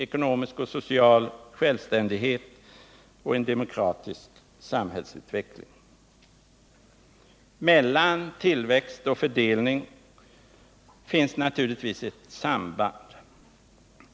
Ekonomisk och social självständighet. 4. En demokratisk samhällsutveckling. Mellan tillväxt och fördelning finns naturligtvis ett samband.